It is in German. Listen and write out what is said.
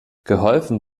geholfen